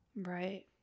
Right